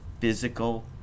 physical